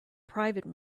private